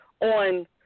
on